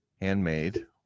handmade